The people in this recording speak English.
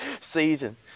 season